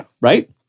right